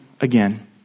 again